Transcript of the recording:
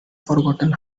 forgotten